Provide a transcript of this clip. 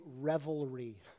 revelry